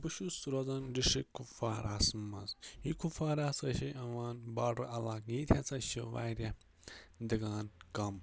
بہٕ چھُس روزاں ڈِسٹرک کپواراہَس منٛز یہ کپوارا ہَسا أسۍ اسہِ یِوان باڈَر عَلاقہٕ ییٚتہِ ہَسا چھِ وارِیَاہ دِگان کَم